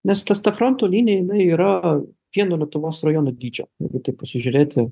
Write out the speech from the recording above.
nes tas ta fronto linija jinai yra vieno lietuvos rajono dydžio jeigu taip pasižiūrėti